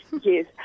Yes